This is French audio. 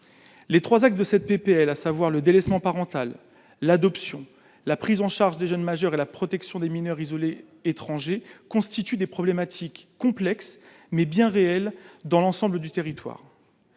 les 3 axes de cette PPL, à savoir le délaissement parental l'adoption, la prise en charge des jeunes majeurs et la protection des mineurs isolés étrangers constituent des problématiques complexes mais bien réelle dans l'ensemble du territoire